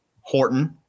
Horton